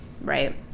right